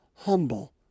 humble